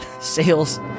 sales